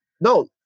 no